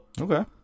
Okay